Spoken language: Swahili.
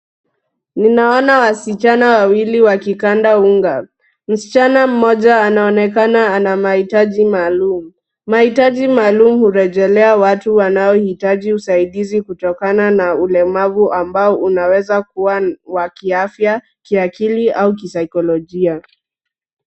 Ninaona wasichana wawili wakikanda unga. Msichana mmoja anaonekana ana mahitaji maalum. Mahitaji maalum hurejelea watu wanaohitaji usaidizi kutokana na ulemavu ambao unaweza kuwa wa kiafya, kiakili au kisaikolojia.